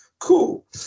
cool